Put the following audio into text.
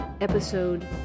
Episode